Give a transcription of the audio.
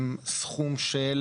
סכום של